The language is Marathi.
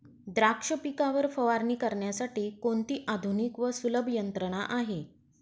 द्राक्ष पिकावर फवारणी करण्यासाठी कोणती आधुनिक व सुलभ यंत्रणा आहे?